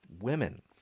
women